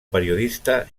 periodista